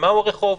ומהו הרחוב.